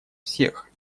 всех